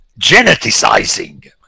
geneticizing